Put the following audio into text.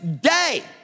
day